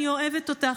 אני אוהבת אותך,